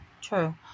True